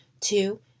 two